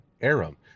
Aram